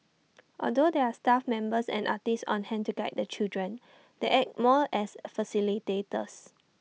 although there are staff members and artists on hand to guide the children they act more as facilitators